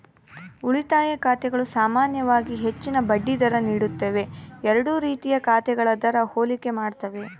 ಉಳಿತಾಯ ಖಾತೆಗಳು ಸಾಮಾನ್ಯವಾಗಿ ಹೆಚ್ಚಿನ ಬಡ್ಡಿ ದರ ನೀಡುತ್ತವೆ ಎರಡೂ ರೀತಿಯ ಖಾತೆಗಳ ದರ ಹೋಲಿಕೆ ಮಾಡ್ತವೆ